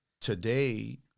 today